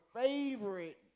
favorite